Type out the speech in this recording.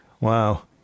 Wow